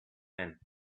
man